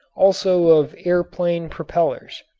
also of air-plane propellers.